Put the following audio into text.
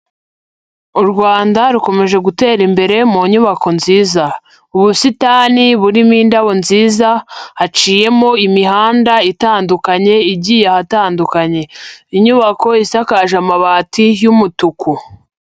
U Rwanda rukomeje gutera imbere mu nyubako nziza, ubusitani burimo indabo nziza, haciyemo imihanda itandukanye igiye ahatandukanye, inyubako isakaje amabati y'umutuku.